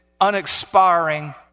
unexpiring